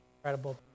incredible